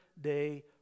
day